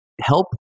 help